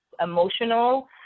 emotional